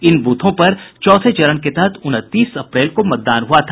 इन ब्रथों पर चौथे चरण के तहत उनतीस अप्रैल को मतदान हुआ था